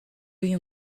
you